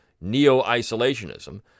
neo-isolationism